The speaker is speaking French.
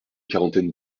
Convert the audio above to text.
quarantaine